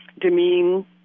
demean